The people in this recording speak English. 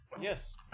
Yes